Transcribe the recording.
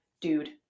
dude